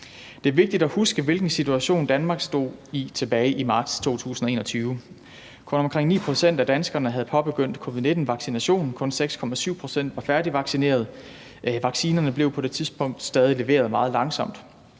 Det er vigtigt at huske, hvilken situation Danmark stod i tilbage i marts 2021. Kun omkring 9 pct. af danskerne havde påbegyndt en covid-19-vaccination, kun 6,7 pct. var færdigvaccinerede, og vaccinerne blev på det tidspunkt stadig leveret meget langsomt.